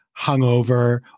hungover